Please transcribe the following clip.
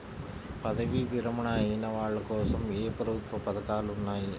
పదవీ విరమణ అయిన వాళ్లకోసం ఏ ప్రభుత్వ పథకాలు ఉన్నాయి?